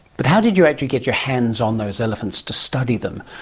but how did you actually get your hands on those elephants to study them?